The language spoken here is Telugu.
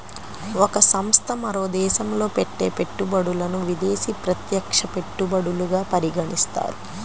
ఒక సంస్థ మరో దేశంలో పెట్టే పెట్టుబడులను విదేశీ ప్రత్యక్ష పెట్టుబడులుగా పరిగణిస్తారు